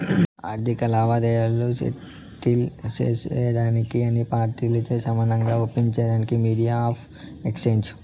ఆర్థిక లావాదేవీలు సెటిల్ సేసేదానికి అన్ని పార్టీలచే సమానంగా ఒప్పించేదే మీడియం ఆఫ్ ఎక్స్చేంజ్